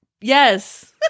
Yes